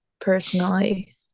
personally